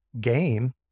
game